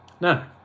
No